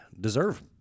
deserve